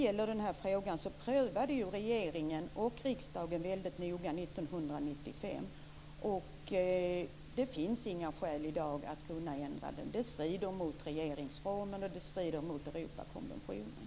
Regeringen och riksdagen prövade ju den här frågan väldigt noga 1995, och det finns inga skäl i dag att göra ändringar. Det strider mot regeringsformen, och det strider mot Europakonventionen.